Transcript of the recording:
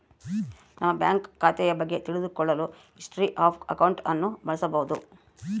ನಮ್ಮ ಬ್ಯಾಂಕ್ ಖಾತೆಯ ಬಗ್ಗೆ ತಿಳಿದು ಕೊಳ್ಳಲು ಹಿಸ್ಟೊರಿ ಆಫ್ ಅಕೌಂಟ್ ಅನ್ನು ಬಳಸಬೋದು